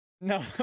No